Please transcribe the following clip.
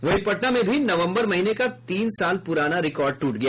वहीं पटना में भी नवम्बर महीने का तीन साल पुराना रिकॉर्ड ट्रट गया